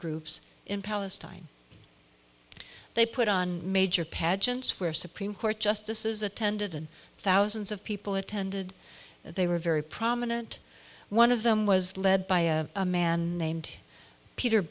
groups in palestine they put on major pageants where supreme court justices attended and thousands of people attended they were very prominent one of them was led by a man named peter